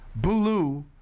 Bulu